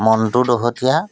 Montu Dahotia